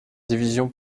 division